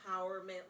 empowerment